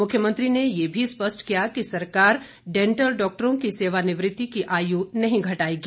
मुख्यमंत्री ने यह भी स्पष्ट किया कि सरकार डेंटल डॉक्टरों की सेवानिवृत्ति की आयु नहीं घटाएगी